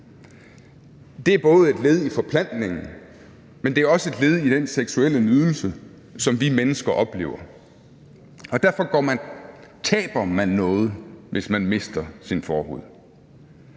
Det er både et led i forplantningen, men det er også et led i den seksuelle nydelse, som vi mennesker oplever. Og derfor taber man noget, hvis man mister sin forhud.